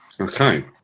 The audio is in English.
Okay